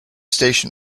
station